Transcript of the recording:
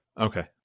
Okay